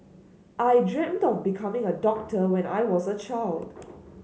I dreamt of becoming a doctor when I was a child